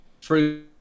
True